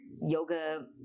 yoga